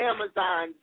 Amazon